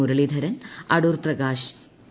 Muraleedharan Adoor Prakash A